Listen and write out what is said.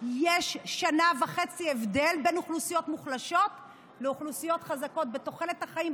יש שנה וחצי הבדל בין אוכלוסיות מוחלשות לאוכלוסיות חזקות בתוחלת החיים,